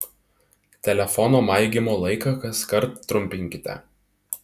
telefono maigymo laiką kaskart trumpinkite